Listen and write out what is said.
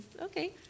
okay